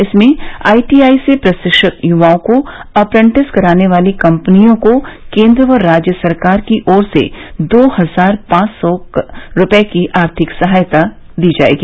इसमें आईटीआई से प्रशिक्षित युवाओं को अप्रेंटिस कराने वाली कंपनियों को केंद्र व राज्य सरकार की ओर से दो हजार पांच सौ रूपए की आर्थिक सहायता दी जाएगी